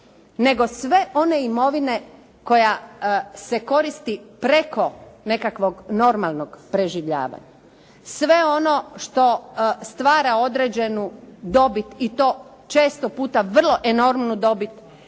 nego sve one imovine koja se koristi preko nekakvog normalnog preživljavanja, sve ono što stvara određenu dobit i to često puta vrlo enormnu dobit